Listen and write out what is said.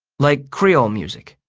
like creole music.